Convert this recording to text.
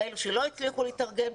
כאלה שלא הצליחו להתארגן.